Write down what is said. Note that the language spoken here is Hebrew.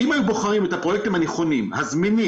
אם הם היו בוחרים את הפרויקטים הנכונים הזמינים